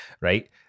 right